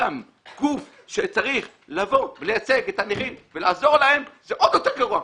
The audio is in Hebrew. גוף שצריך לייצג את הנכים ולעזור להם זה עוד יותר גרוע,